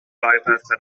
bypassed